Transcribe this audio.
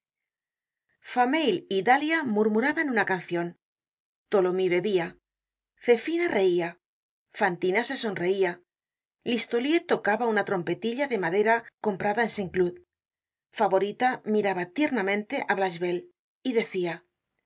fameuil y dalia murmuraban una cancion tholomyes bebia zefina reia fantina se sonreia listolier tocaba una trompetilla de madera comprada en saint cloud favorita miraba tiernamente a blachevelle y decia